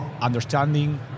understanding